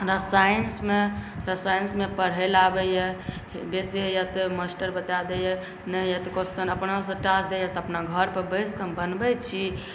हमरा साइन्समे हमरा साइन्समे पढ़ैलए आबैए बैसै तऽ मास्टर बता दैए नहि होइ तऽ क्वेस्चन अपनासँ टास्क दैए तऽ अपन घरमे बैसिकऽ हम बनबै छी